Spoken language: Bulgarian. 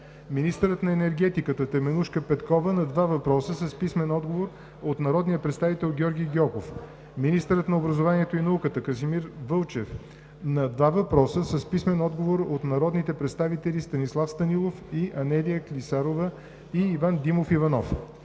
министърът на енергетиката Теменужка Петкова – на два въпроса с писмен отговор от народния представител Георги Гьоков; - министърът на образованието и науката Красимир Вълчев – на два въпроса с писмен отговор от народните представители Станислав Станилов; и Анелия Клисарова и Иван Димов Иванов;